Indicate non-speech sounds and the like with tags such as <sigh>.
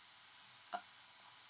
<noise>